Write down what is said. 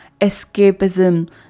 escapism